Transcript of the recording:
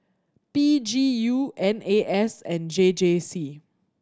P G U N A S and J J C